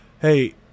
hey